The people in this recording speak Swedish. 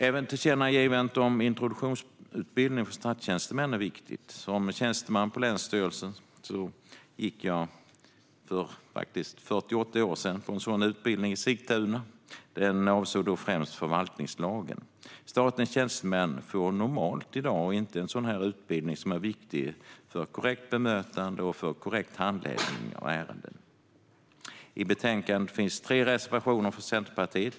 Även tillkännagivandet om introduktionsutbildning för statstjänstemän är viktigt. Som tjänsteman på länsstyrelsen gick jag på en sådan utbildning i Sigtuna för 48 år sedan. Den avsåg främst förvaltningslagen. Statens tjänstemän får i dag normalt inte en sådan utbildning som är viktig för korrekt bemötande och korrekt handläggning av ärenden. I betänkandet finns tre reservationer från Centerpartiet.